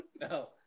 no